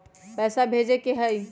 पैसा भेजे के हाइ?